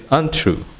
untrue